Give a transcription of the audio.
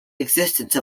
existence